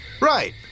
Right